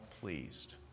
pleased